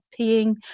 peeing